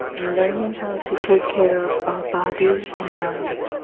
and learning how to take care of our body and mind,